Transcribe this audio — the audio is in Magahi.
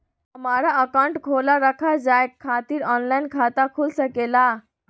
हमारा अकाउंट खोला रखा जाए खातिर ऑनलाइन खाता खुल सके ला?